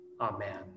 Amen